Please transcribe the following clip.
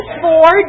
four